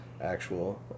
actual